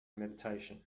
meditation